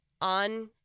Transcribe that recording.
on